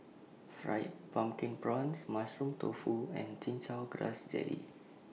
Fried Pumpkin Prawns Mushroom Tofu and Chin Chow Grass Jelly